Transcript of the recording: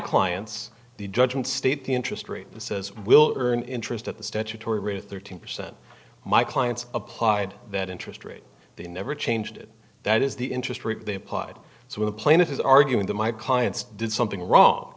clients the judgment state the interest rate and says will earn interest at the statutory rape thirteen percent my clients applied that interest rate they never changed it that is the interest rate they applied so the plaintiff is arguing that my clients did something wrong